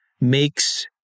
makes